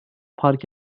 fark